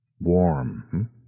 Warm